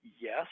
Yes